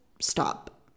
stop